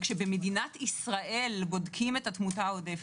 וכשבמדינת ישראל בודקים את התמותה העודפת,